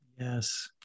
Yes